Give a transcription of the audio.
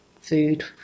food